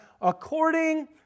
according